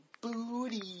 booty